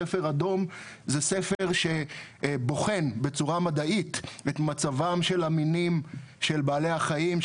ספר אדום זה ספר שבוחן בצורה מדעית את מצבם של המינים של בעלי החיים,